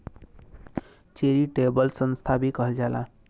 charitable संस्था भी कहल जाला